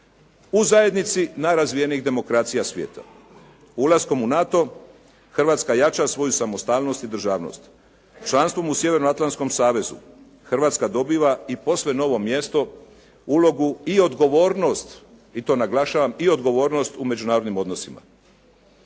u zajednici najrazvijenijih demokracija svijeta. Ulaskom u NATO Hrvatska jača svoju samostalnost i državnost. Članstvom u Sjevernoatlantskom savezu Hrvatska dobiva i posve novo mjesto, ulogu i odgovornost, i to naglašavam, i odgovornost u međunarodnim odnosima.